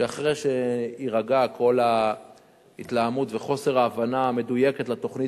שאחרי שיירגעו כל ההתלהמות וחוסר ההבנה המדויקת של התוכנית,